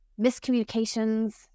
miscommunications